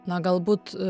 na galbūt